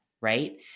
right